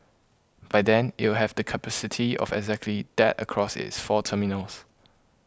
by then it will have the capacity of exactly that across its four terminals